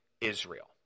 Israel